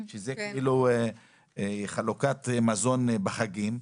שזה חלוקת מזון בחגים,